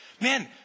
Man